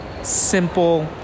simple